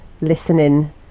listening